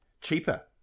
cheaper